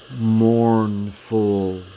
mournful